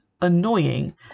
annoying